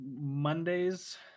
Mondays